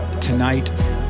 tonight